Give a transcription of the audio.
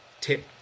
tip